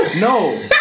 No